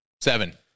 seven